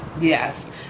Yes